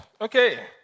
Okay